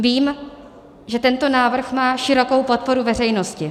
Vím, že tento návrh má širokou podporu veřejnosti.